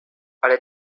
ale